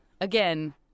again